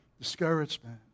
discouragement